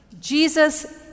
Jesus